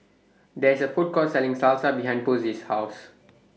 There IS A Food Court Selling Salsa behind Posey's House